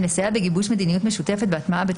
לסייע בגיבוש מדיניות משותפת והטמעתה